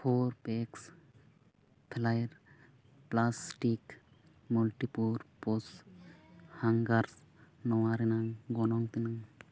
four pegs flyer plastic multipurpose hangers ᱱᱚᱣᱟ ᱨᱮᱱᱟᱝ ᱜᱚᱱᱚᱝ ᱫᱚ ᱛᱤᱱᱟᱹᱜ